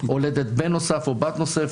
הולדת בן נוסף או בת נוספת.